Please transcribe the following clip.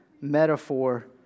metaphor